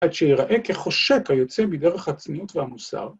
עד שיראה כחושק היוצא מדרך עצמיות והמוסר.